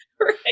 Right